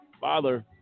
father